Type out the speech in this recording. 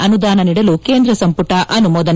ಅನುದಾನ ನೀಡಲು ಕೇಂದ್ರ ಸಂಪುಟ ಅನುಮೋದನೆ